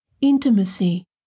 intimacy